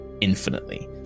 infinitely